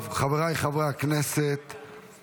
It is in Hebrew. חבריי חברי הכנסת,